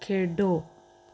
खेढो